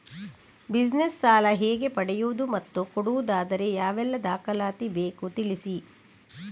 Business ಸಾಲ ಹೇಗೆ ಪಡೆಯುವುದು ಮತ್ತು ಕೊಡುವುದಾದರೆ ಯಾವೆಲ್ಲ ದಾಖಲಾತಿ ಬೇಕು ತಿಳಿಸಿ?